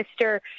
Mr